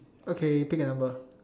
okay pick a number